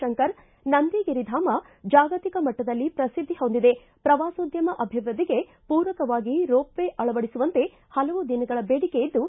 ಶಂಕರ್ ನಂದಿಗಿರಿಧಾಮ ಜಾಗತಿಕ ಮಟ್ಟದಲ್ಲಿ ಪ್ರಸಿದ್ದಿ ಹೊಂದಿದೆ ಪ್ರವಾಸೋದ್ಯಮ ಅಭಿವೃದ್ದಿಗೆ ಪೂರಕವಾಗಿ ರೋಪ್ ವೇ ಅಳವಡಿಸುವಂತೆ ಹಲವು ದಿನಗಳ ಬೇಡಿಕೆ ಇದ್ದು